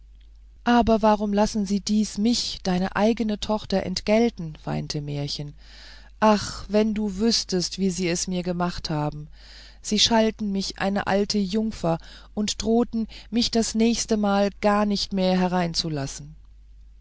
aber warum lassen sie dies mich deine eigene tochter entgelten weinte märchen ach wenn du wüßtest wie sie es mir gemacht haben sie schalten mich eine alte jungfer und drohten mich das nächste mal gar nicht mehr hereinzulassen